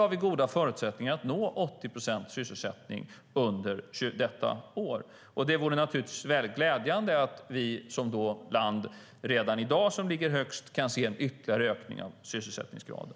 har vi goda förutsättningar att nå 80 procents sysselsättning under detta år. Det vore naturligtvis glädjande om vi som land, som redan i dag ligger högst, kan se ytterligare ökning av sysselsättningsgraden.